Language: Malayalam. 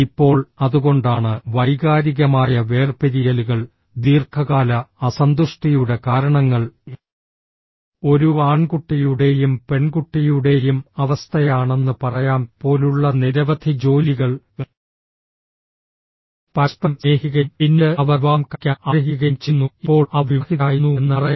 ഇപ്പോൾ അതുകൊണ്ടാണ് വൈകാരികമായ വേർപിരിയലുകൾ ദീർഘകാല അസന്തുഷ്ടിയുടെ കാരണങ്ങൾ ഒരു ആൺകുട്ടിയുടെയും പെൺകുട്ടിയുടെയും അവസ്ഥയാണെന്ന് പറയാം പോലുള്ള നിരവധി ജോലികൾ പരസ്പരം സ്നേഹിക്കുകയും പിന്നീട് അവർ വിവാഹം കഴിക്കാൻ ആഗ്രഹിക്കുകയും ചെയ്യുന്നു ഇപ്പോൾ അവർ വിവാഹിതരായിരുന്നുവെന്ന് പറയാം